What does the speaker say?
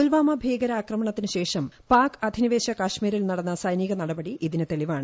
പുൽവാമ ഭീകരാക്രമണത്തിന് ശേഷം പാക് അധിനിവേശ കാശ്മീരിൽ നടന്ന സൈനിക നടപടി ഇതിന് തെളിവാണ്